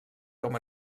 com